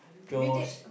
we did